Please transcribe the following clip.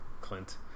Clint